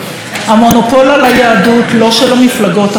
המונופול על היהדות, לא של המפלגות החרדיות.